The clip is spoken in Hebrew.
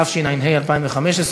התשע"ה 2015,